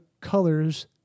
colors